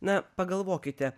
na pagalvokite